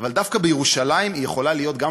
אבל דווקא בירושלים היא יכולה להיות גם